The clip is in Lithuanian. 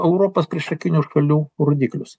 europos priešakinių šalių rodiklius